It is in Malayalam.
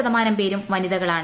ശതമാനം പേരും വനിതകളാണ്